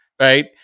Right